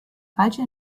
falsche